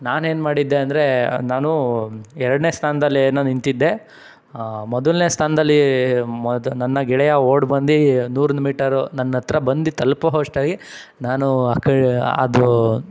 ನಾನೇನು ಮಾಡಿದ್ದೆ ಅಂದರೆ ನಾನು ಎರಡನೇ ಸ್ಥಾನದಲ್ಲೇನೋ ನಿಂತಿದ್ದೆ ಮೊದಲ್ನೇ ಸ್ಥಾನದಲ್ಲಿ ಮೊದ್ ನನ್ನ ಗೆಳೆಯ ಓಡಿ ಬಂದು ನೂರಿನ್ ಮೀಟರು ನನ್ನ ಹತ್ರ ಬಂದು ತಲುಪೋ ಅಷ್ಟಾಗಿ ನಾನು ಆ ಕ ಅದು